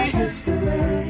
history